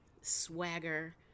swagger